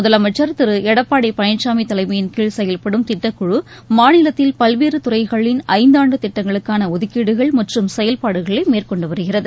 முதலமைச்சர் திரு எடப்பாடி பழனிசாமி தலைமையின்கீழ் செயல்படும் திட்டக்குழி மாநிலத்தில் பல்வேறு துறைகளின் ஐந்தாண்டு திட்டங்களுக்கான ஒதுக்கீடுகள் மற்றும் செயல்பாடுகளை மேற்கொண்டு வருகிறது